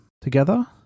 together